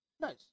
Nice